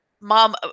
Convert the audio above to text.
mom